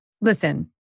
listen